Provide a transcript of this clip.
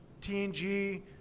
TNG